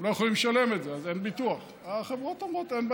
הם לא יכולים לשלם את זה, אז אין ביטוח.